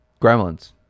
gremlins